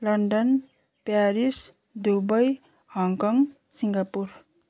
London Paris Dubai Hong Kong Singapore